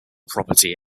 property